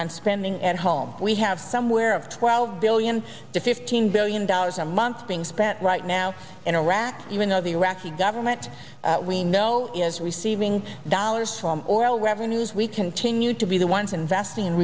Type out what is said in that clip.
on spending at home we have somewhere of twelve billion to fifteen billion dollars a month being spent right now in iraq even though the iraqi government we know is receiving dollars from oil revenues we continue to be the ones investing in